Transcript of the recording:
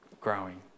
growing